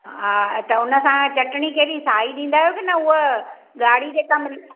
हा त हुन सां चटिणी कहिड़ी साई ॾींदा आहियो की न उहा गाड़ी जेका मिल